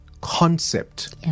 concept